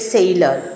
Sailor